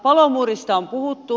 palomuurista on puhuttu